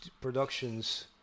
Productions